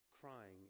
crying